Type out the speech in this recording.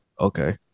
okay